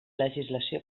legislació